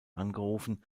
angerufen